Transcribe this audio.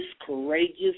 courageous